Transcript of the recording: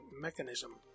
mechanism